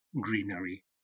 greenery